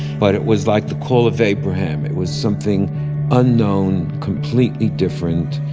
but it was like the call of abraham. it was something unknown, completely different,